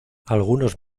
algunos